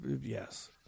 yes